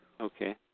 Okay